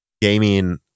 gaming